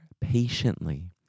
patiently